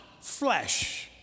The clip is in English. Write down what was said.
flesh